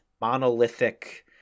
monolithic